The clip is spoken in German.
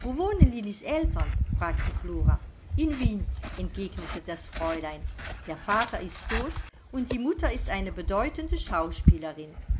wo wohnen lillis eltern fragte flora in wien entgegnete das fräulein der vater ist tot und die mutter ist eine bedeutende schauspielerin